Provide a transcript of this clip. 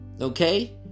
okay